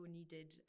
needed